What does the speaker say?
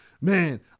Man